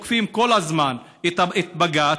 7 במאי 2018. אני מתכבד לפתוח את ישיבת הכנסת.